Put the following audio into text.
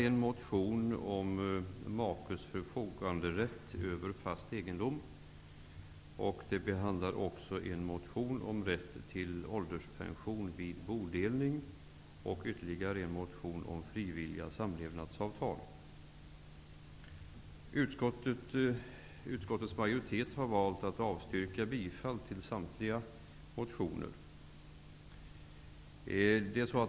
En motion om makes förfoganderätt över fast egendom behandlas liksom en motion om rätt till ålderspension vid bodelning och ytterligare en motion om frivilliga samlevnadsavtal. Utskottets majoritet har valt att avstyrka samtliga motioner.